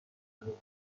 موبایل